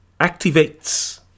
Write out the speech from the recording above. activates